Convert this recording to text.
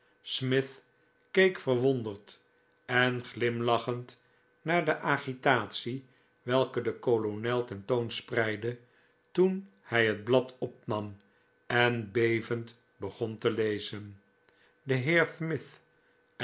smith keek verwonderd en glimlachend naar de agitatie welke de kolonel tentoonspreidde toen hij het blad opnam en bevend begon te lezen de heer smith